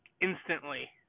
instantly